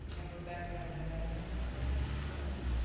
and we're back down to having nothing.